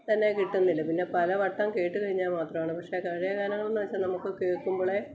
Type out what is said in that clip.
തന്നെ കിട്ടുന്നില്ല പിന്നെ പലവട്ടം കേട്ട് കഴിഞ്ഞാൽ മാത്രവാണ് പക്ഷെ പഴയ ഗാനങ്ങള് എന്ന് വെച്ചാൽ നമുക്ക് കേൾക്കുമ്പോളെ